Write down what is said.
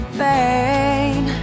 pain